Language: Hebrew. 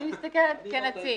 אל תסתכלי עליי.